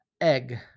egg